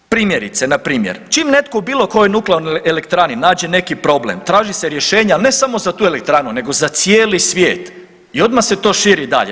Primjerice, npr. čim netko u bilo kojoj nuklearnoj elektrani nađe neki problem traže se rješenja, al ne samo za tu elektranu nego za cijeli svijet i odmah se to širi dalje.